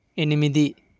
ఎనిమిది